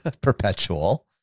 perpetual